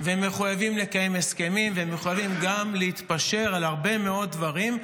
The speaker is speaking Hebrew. ומחויבים לקיים הסכמים ומחויבים גם להתפשר על הרבה מאוד דברים,